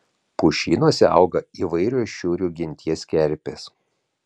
pušynuose auga įvairios šiurių genties kerpės